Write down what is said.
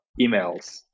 emails